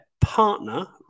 partner